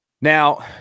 Now